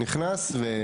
נכנס.